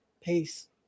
Peace